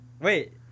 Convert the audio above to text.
Wait